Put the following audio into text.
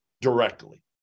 directly